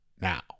now